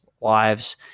lives